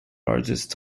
largest